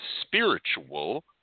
spiritual